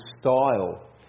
style